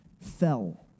fell